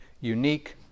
unique